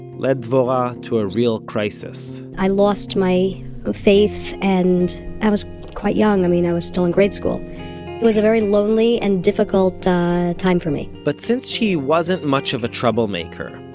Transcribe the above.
led dvorah to a real crisis i lost my faith, and i was quite young, i mean i still in grade school. it was a very lonely and difficult time for me but since she wasn't much of a troublemaker,